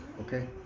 okay